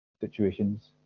situations